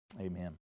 amen